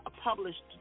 published